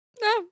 No